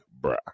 bruh